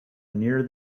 near